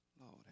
Lord